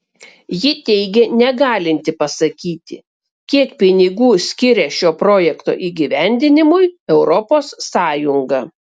ji teigė negalinti pasakyti kiek pinigų skiria šio projekto įgyvendinimui europos sąjunga